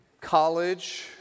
College